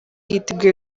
yiteguye